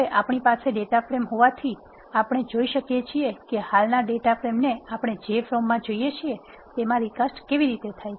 હવે આપણી પાસે ડેટા ફ્રેમ હોવાથી આપણે જોઈ શકીએ છીએ કે હાલના ડેટા ફ્રેમને આપણે જે ફોર્મમાં જોઈએ છે તેમાં રિકાસ્ટ કેવી રીતે થાય